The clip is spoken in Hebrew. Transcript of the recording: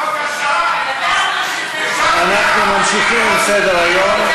אנחנו ממשיכים בסדר-היום.